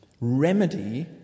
remedy